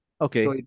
okay